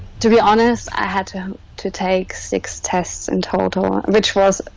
to be honest, i had to to take six tests in total which was